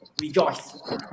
rejoice